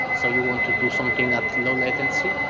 so you want to do something at low latency,